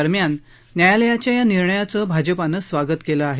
दरम्यान न्यायालयाच्या या निर्णयाचं भाजपानं स्वागत केलं आहे